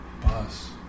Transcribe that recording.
Bus